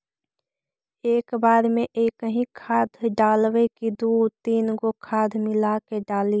एक बार मे एकही खाद डालबय की दू तीन गो खाद मिला के डालीय?